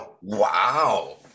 wow